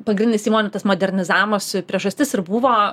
pagrinis įmonių tas modernizavimosi priežastis ir buvo